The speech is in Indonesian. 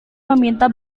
meminta